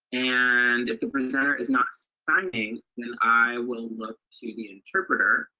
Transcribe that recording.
and if the presenter is not signing, then i will look to the interpreter.